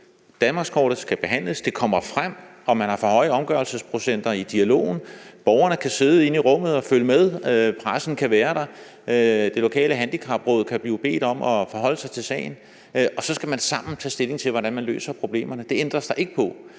Danmarkskortet skal behandles. Det kommer frem i dialogen, om man har for høje omgørelsesprocenter. Borgerne kan sidde inde i rummet og følge med. Pressen kan være der. Det lokale handicapråd kan blive bedt om at forholde sig til sagen. Og så skal man sammen tage stilling til, hvordan man løser problemerne. Det ændres der ikke på.